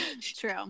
True